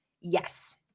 Yes